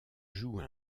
joue